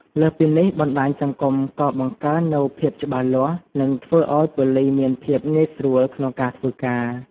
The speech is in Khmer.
លើសពីនេះ បណ្តាញសង្គមក៏បង្កើន នូវភាពច្បាស់លាស់ និងធ្វើឱ្យ ប៉ូលិសមានភាពងាយស្រួលក្នុងការធ្វើការ។